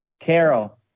Carol